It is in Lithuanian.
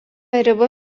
riba